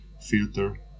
filter